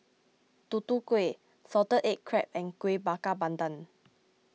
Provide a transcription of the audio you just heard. Tutu Kueh Salted Egg Crab and Kuih Bakar Pandan